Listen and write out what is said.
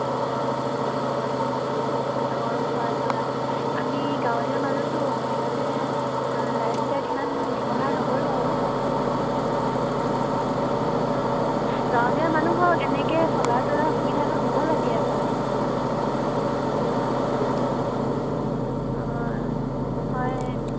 অঁ অঁ অঁ অঁ হয় হয় আমি গাঁৱলীয়া মানুহটো সেইকাৰণে লাইট চাইট ইমান ব্যৱহাৰ নকৰোঁ আৰু গাঁৱলীয়া মানুহক এনেকৈ চলাৰ তলাৰ সুবিধাটো দিব লাগে আকৌ অঁ হয়